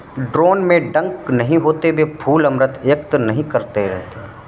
drone में डंक नहीं होते हैं, वे फूल अमृत एकत्र नहीं करते हैं